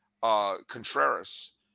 Contreras